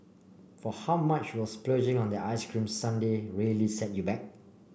for how much will splurging on that ice cream sundae really set you back